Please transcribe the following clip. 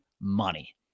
money